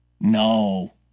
No